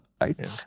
right